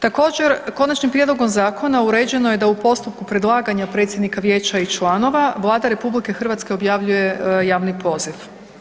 Također, konačnim prijedlogom zakona uređeno je da u postupku predlaganja predsjednika vijeća i članova, Vlada RH objavljuje javni poziv.